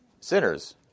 Sinners